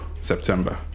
September